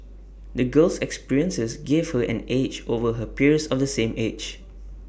the girl's experiences gave her an edge over her peers of the same age